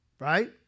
Right